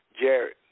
Jared